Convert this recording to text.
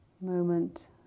moment